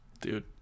dude